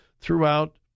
throughout